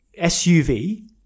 SUV